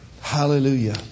Hallelujah